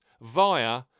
via